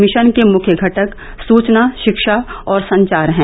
mission के मुख्य घटक सूचना शिक्षा और संचार हैं